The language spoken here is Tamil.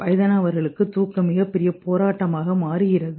வயதானவர்களுக்கு தூக்கம் மிகப்பெரிய போராட்டமாக மாறு கிறது